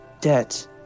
debt